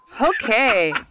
Okay